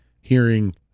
hearing